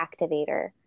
activator